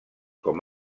com